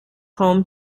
home